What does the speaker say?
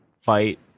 fight